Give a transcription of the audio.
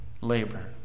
labor